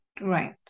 Right